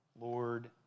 Lord